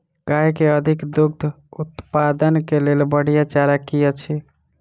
गाय केँ अधिक दुग्ध उत्पादन केँ लेल बढ़िया चारा की अछि?